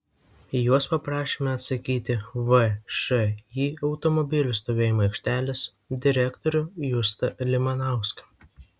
į juos paprašėme atsakyti všį automobilių stovėjimo aikštelės direktorių justą limanauską